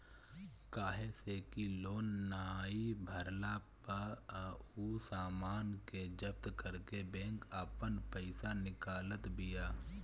काहे से कि लोन नाइ भरला पअ उ सामान के जब्त करके बैंक आपन पईसा निकालत बिया